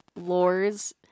lores